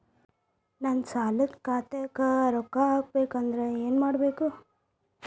ನನ್ನ ಸಾಲದ ಖಾತಾಕ್ ರೊಕ್ಕ ಹಾಕ್ಬೇಕಂದ್ರೆ ಏನ್ ಮಾಡಬೇಕು?